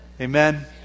Amen